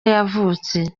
yavutse